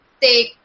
take